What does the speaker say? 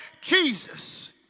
Jesus